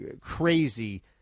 crazy